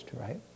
right